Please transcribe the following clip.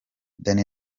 danny